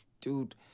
dude